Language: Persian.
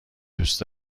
دوست